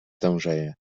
tężeje